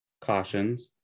cautions